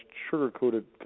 sugarcoated